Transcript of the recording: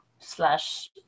Slash